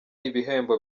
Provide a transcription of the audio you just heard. ibihembo